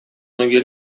многие